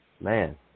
man